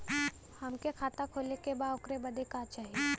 हमके खाता खोले के बा ओकरे बादे का चाही?